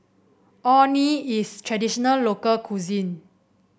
Orh Nee is traditional local cuisine